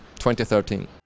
2013